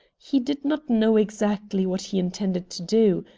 he did not know exactly what he intended to do.